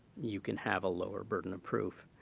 you can have a lower burden of proof.